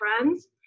friends